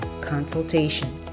consultation